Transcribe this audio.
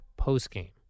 postgame